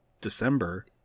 December